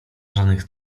żadnych